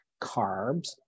carbs